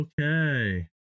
Okay